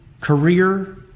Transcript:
career